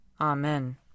Amen